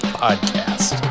podcast